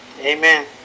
amen